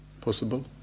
possible